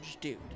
dude